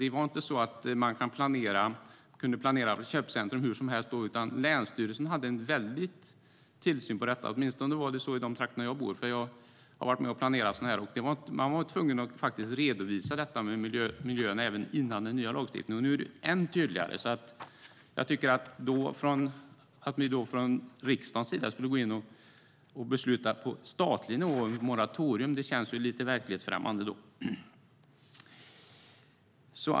Det var inte så att man då kunde planera för köpcentrum hur som helst, utan länsstyrelsen hade en väldig tillsyn över detta. Åtminstone var det så i de trakterna där jag bor. Jag har varit med och planerat sådant här. Man var tvungen att redovisa detta med miljön även innan den nya lagstiftningen kom. Nu är det än tydligare. Att ni från riksdagens sida skulle gå in och besluta på statlig nivå om moratorium känns då lite verklighetsfrämmande.